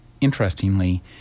interestingly